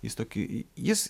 jis tokį jis